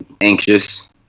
anxious